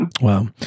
Wow